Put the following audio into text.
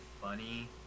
funny